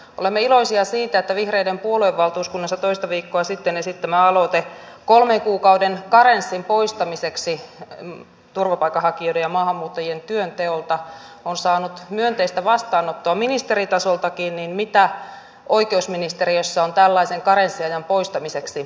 olemme iloisia siitä että vihreiden puoluevaltuuskunnassa toista viikkoa sitten esitetty aloite kolmen kuukauden karenssin poistamiseksi turvapaikanhakijoiden ja maahanmuuttajien työnteolta on saanut myönteistä vastaanottoa ministeritasoltakin ja kysyisinkin mitä oikeusministeriössä on tällaisen karenssiajan poistamiseksi vireillä